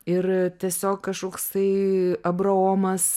ir tiesiog kažkoks tai abraomas